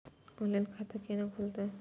Online खाता केना खुलते?